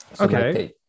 Okay